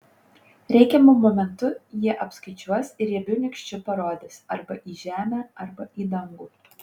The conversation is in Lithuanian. reikiamu momentu jie apskaičiuos ir riebiu nykščiu parodys arba į žemę arba į dangų